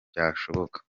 byashoboka